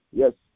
yes